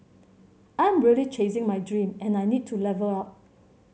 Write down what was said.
I am really chasing my dream and I need to level up